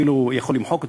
כאילו הוא יכול למחוק אותם,